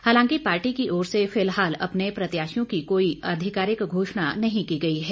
हालांकि पार्टी की ओर से फिलहाल अपने प्रत्याशियों की कोई आधिकारिक घोषणा नहीं की गई है